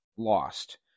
lost